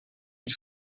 ils